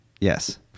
Yes